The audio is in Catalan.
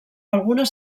algunes